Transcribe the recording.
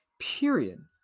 Period